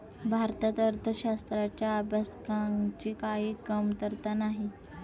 भारतात अर्थशास्त्राच्या अभ्यासकांची काही कमतरता नाही